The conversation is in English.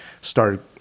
start